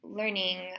learning